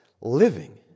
living